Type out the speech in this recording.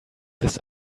this